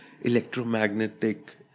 electromagnetic